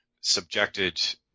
subjected